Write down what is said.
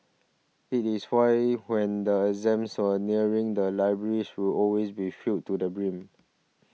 it is why when the exams are nearing the libraries will always be filled to the brim